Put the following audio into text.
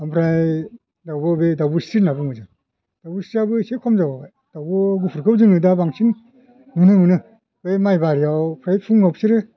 ओमफ्राय दाउब' बे दाउब स्रि होनना बुङो जों दाउबस्रिआबो एसे खम जाबावबाय दाउब' गुफुरखौ जोङो दा बांसिन नुनो मोनो बै माइ बारिआव फ्राय फुङाव बिसोरो